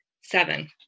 Seven